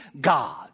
God